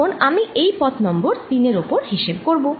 এখন আমি এই পথ নং 3 এর ওপর হিসেব করবো